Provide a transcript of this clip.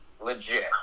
legit